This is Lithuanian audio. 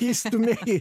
įstumia į